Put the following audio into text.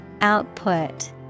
Output